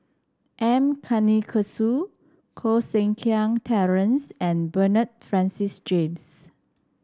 M Karthigesu Koh Seng Kiat Terence and Bernard Francis James